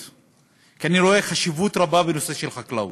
כי אני רואה חשיבות רבה בנושא החקלאות.